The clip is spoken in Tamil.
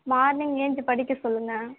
மார்னிங் எழுந்திச்சி படிக்க சொல்லுங்கள்